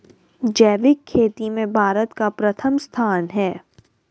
जैविक खेती में भारत का प्रथम स्थान है